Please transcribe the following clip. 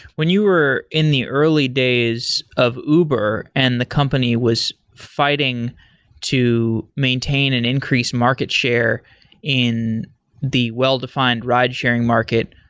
when you were in the early days of uber and the company was fighting to maintain an increased market share in the well-defined ridesharing market,